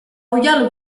oihal